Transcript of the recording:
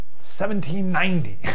1790